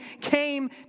came